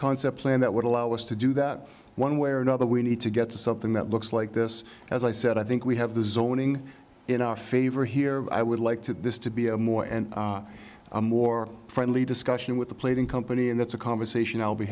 concept plan that would allow us to do that one way or another we need to get to something that looks like this as i said i think we have the zoning in our favor here i would like to this to be a more a more friendly discussion with the plating company and that's a conversation i'll be